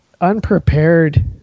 unprepared